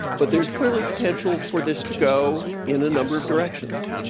but there's clearly potential for this to go in a number of directions.